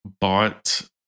bought